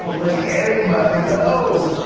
think anybody knows.